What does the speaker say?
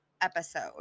episode